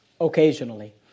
occasionally